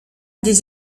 des